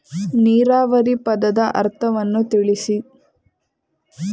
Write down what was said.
ನೀರಾವರಿ ಪದದ ಅರ್ಥವನ್ನು ತಿಳಿಸಿ?